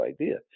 idea